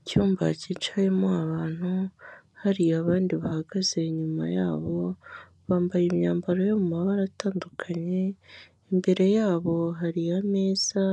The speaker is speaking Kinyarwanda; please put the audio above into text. Icyumba cyicayemo abantu hari abandi bahagaze inyuma yabo, bambaye imyambaro yo mu mabara atandukanye, imbere yabo hari ameza